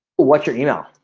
what's your email?